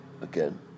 Again